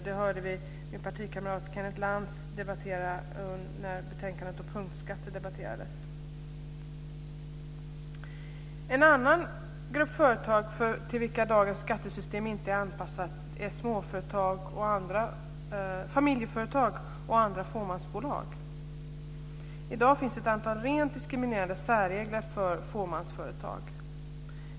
Det hörde vi min partikamrat Kenneth Lantz tala om när betänkandet om punktskatter debatterades. En annan grupp företag till vilka dagens skattesystem inte är anpassat är familjeföretag och andra fåmansbolag. I dag finns ett antal rent diskriminerande särregler för fåmansföretag.